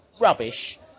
rubbish